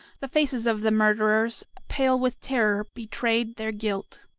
the faces of the murderers, pale with terror, betrayed their guilt.